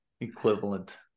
equivalent